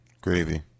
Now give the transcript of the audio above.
Gravy